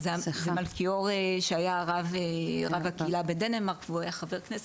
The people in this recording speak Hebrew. זה מלכיאור שהיה רב הקהילה בדנמרק והוא היה חבר כנסת.